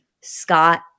Scott